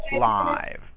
live